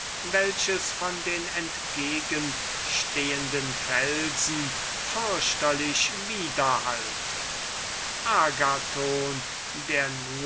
welches von den entgegenstehenden felsen auf eine fürchterliche art widerhallte agathon der